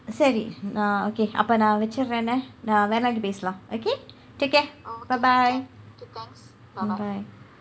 சரி நான்:sari naan okay அப்போ நான் வைத்திருக்கிறேன் நான் வேற நாளில பேசலாம்:appoo naan vaiththirukkireen naan veera naalil peesalam okay take care bye bye bye